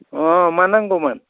अ मा नांगौमोन